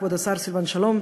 כבוד השר סילבן שלום,